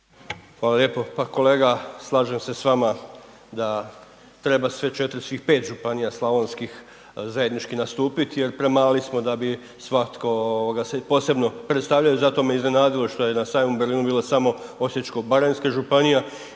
Hvala lijepo. Pa kolega, slažem se s vama da treba sve 4, svih 5 županija slavonskih zajednički nastupit jer premali smo da bi svatko ovoga se posebno predstavljaju, zato me iznenadilo što je na sajmu u Berlinu bilo samo osječko-baranjska županija